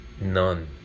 None